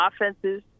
offenses